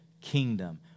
kingdom